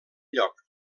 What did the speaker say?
lloc